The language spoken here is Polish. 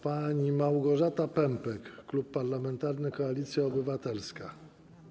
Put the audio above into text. Pani Małgorzata Pępek, Klub Parlamentarny Koalicja Obywatelska.